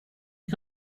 you